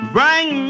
Bring